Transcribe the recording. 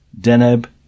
Deneb